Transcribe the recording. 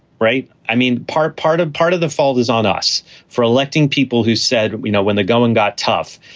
right. i mean, part part of part of the fault is on us for electing people who said we know when the going got tough,